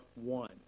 one